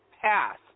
pass